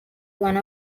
one